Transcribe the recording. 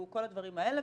הוא כל הדברים האלה,